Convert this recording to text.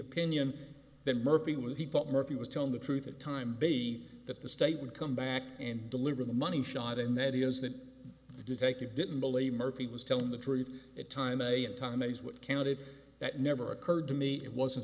opinion that murphy was he thought murphy was telling the truth that time be that the state would come back and deliver the money shot and that is that the detective didn't believe murphy was telling the truth at time a and time is what counted that never occurred to me it wasn't